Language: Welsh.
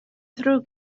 ddrwg